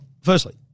firstly